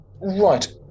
Right